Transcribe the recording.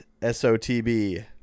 sotb